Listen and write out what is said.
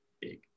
big